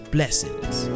Blessings